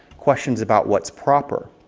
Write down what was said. questions about what's proper.